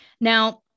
Now